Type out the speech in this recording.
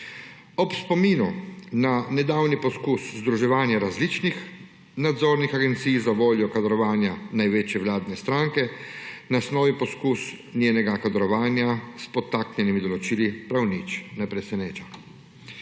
Ob spominu na nedavni poskus združevanja različnih nadzornih agencij zavoljo kadrovanja največje vladne stranke nas novi poskus njenega kadrovanja s podtaknjenimi določili prav nič ne preseneča.